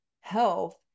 health